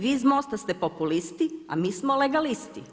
Vi iz Mosta ste populisti, a mi smo legalisti.